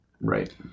Right